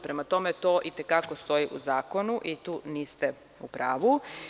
Prema tome, to i te kako stoji u zakonu i tu niste u pravu.